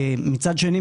מצד שני,